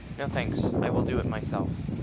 no, thanks. i will do it myself.